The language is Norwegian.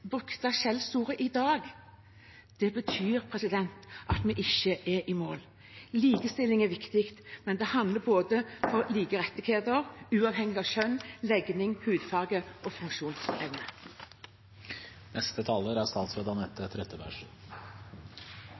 brukte skjellsordet. Det betyr at vi ikke er i mål. Likestilling er viktig, men det handler også om like rettigheter uavhengig av kjønn, legning, hudfarge og funksjonsevne. Det er